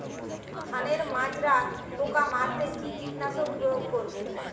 ধানের মাজরা পোকা মারতে কি কীটনাশক প্রয়োগ করব?